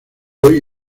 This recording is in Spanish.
hoy